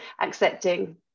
accepting